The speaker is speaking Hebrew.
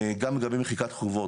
וגם לגבי מחיקת חובות.